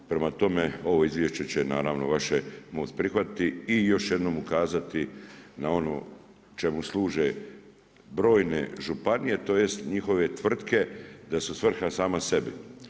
Prema tome, ovo izvješće će vaše Most prihvatiti i još jednom ukazati na ono čemu služe brojne županije tj. njihove tvrtke da su svrha same sebi.